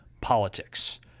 Politics